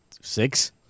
six